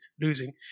losing